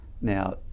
Now